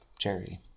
Charity